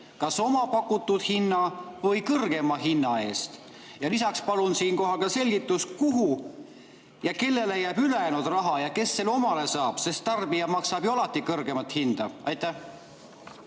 kas oma pakutud hinna või kõrgema hinna eest? Ja lisaks palun siin kohe ka selgitust, kuhu ja kellele jääb ülejäänud raha ja kes selle omale saab. Tarbija maksab ju alati kõrgemat hinda. Austatud